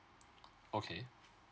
okay